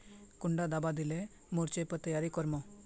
कुंडा दाबा दिले मोर्चे पर तैयारी कर मो?